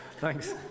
Thanks